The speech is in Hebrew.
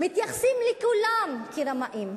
מתייחסים לכולם כרמאים.